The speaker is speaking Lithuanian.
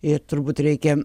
ir turbūt reikia